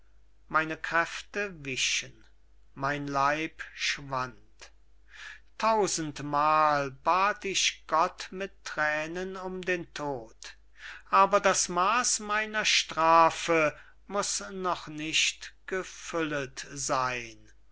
meine kräfte wichen mein leib schwand tausendmal bat ich gott mit thränen um den tod aber das maas meiner strafe muß noch nicht gefüllet seyn